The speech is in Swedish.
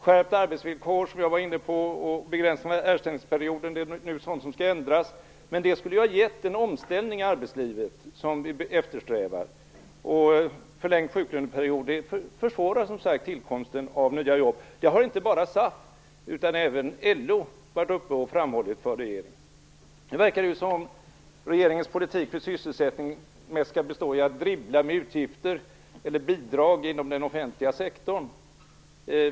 Skärpt arbetsvillkor, som jag var inne på, och begränsningar i ersättningsperioden är nu sådant som skall ändras, men det skulle ju ha gett en omställning i arbetslivet, som vi eftersträvar. Förlängd sjuklöneperiod försvårar, som sagt var, tillkomsten av nya jobb. Det har inte bara SAF utan även LO varit uppe och framhållit för regeringen. Det verkar som om regeringens politik för sysselsättning mest skall bestå i att dribbla med utgifter eller bidrag inom den offentliga sektorn.